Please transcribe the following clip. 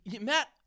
Matt